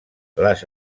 les